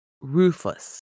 ruthless